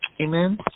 amen